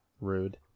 Rude